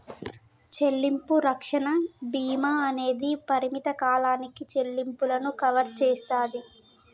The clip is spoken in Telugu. చెల్లింపు రక్షణ భీమా అనేది పరిమిత కాలానికి చెల్లింపులను కవర్ చేస్తాది